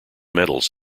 medals